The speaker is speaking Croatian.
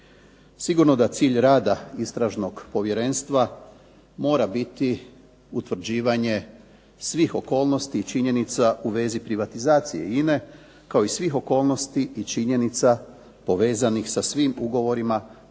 Sigurno da cilj rada istražnog povjerenstva mora biti utvrđivanje svih okolnosti i činjenica u vezi privatizacije INA-e kao i svih okolnosti i činjenica povezanih sa svim ugovorima potpisanima